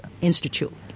institute